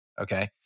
okay